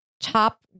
top